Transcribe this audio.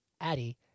Addie